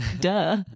duh